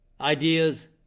ideas